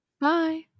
bye